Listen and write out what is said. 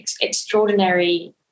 extraordinary